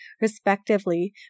respectively